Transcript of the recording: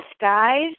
guys